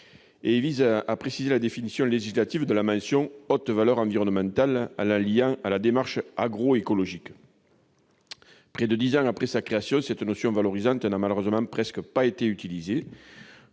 Cet article précise la définition législative de la mention « haute valeur environnementale » en la liant à la démarche agroécologique. Près de dix ans après sa création, cette notion valorisante n'a malheureusement presque pas été utilisée.